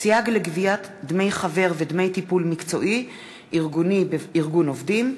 סייג לגביית דמי חבר ודמי טיפול מקצועי-ארגוני בארגון עובדים),